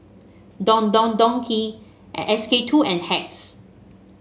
Don Don Donki SK Itwo and Hacks